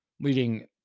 leading